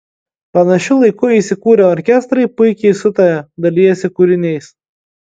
panašiu laiku įsikūrę orkestrai puikiai sutaria dalijasi kūriniais